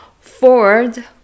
Ford